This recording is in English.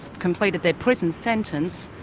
completed their prison sentence,